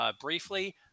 briefly